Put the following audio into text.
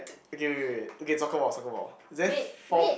okay wait wait wait okay soccer ball soccer ball is there four